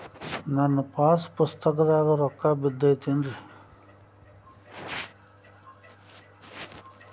ನನ್ನ ಪಾಸ್ ಪುಸ್ತಕದಾಗ ರೊಕ್ಕ ಬಿದ್ದೈತೇನ್ರಿ?